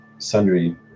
Sundry